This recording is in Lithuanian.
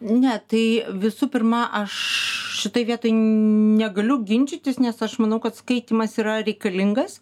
ne tai visų pirma aš šitoj vietoj negaliu ginčytis nes aš manau kad skaitymas yra reikalingas